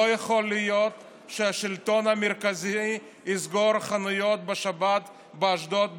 לא יכול להיות שהשלטון המרכזי יסגור חנויות בשבת באשדוד,